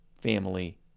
family